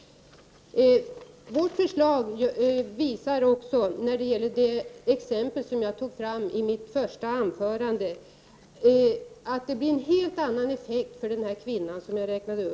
Vårt förslag visar också — om man anknyter till det exempel som jag tog upp i mitt inledningsanförande — att effekten blir helt annorlunda för den kvinna som jag berättade om.